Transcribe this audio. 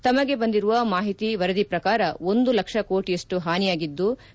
ತಮಗೆ ಬಂದಿರುವ ಮಾಹಿತಿ ವರದಿ ಪ್ರಕಾರ ಒಂದು ಲಕ್ಷ ಕೋಟಯಷ್ಟು ಹಾನಿಯಾಗಿದ್ಲು